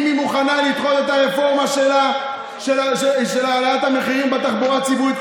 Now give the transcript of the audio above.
ואם היא מוכנה לדחות את הרפורמה של העלאת המחירים בתחבורה הציבורית,